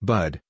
Bud